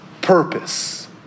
purpose